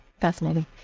Fascinating